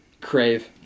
Crave